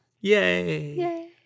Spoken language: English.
Yay